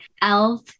elf